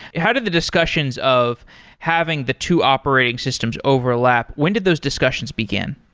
how did the discussions of having the two operating systems overlap? when did those discussions begin?